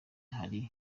hari